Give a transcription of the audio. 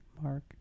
Mark